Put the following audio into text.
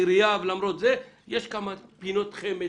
למרות העירייה ולמרות הכול יש כמה פינות חמד